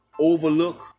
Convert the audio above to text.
overlook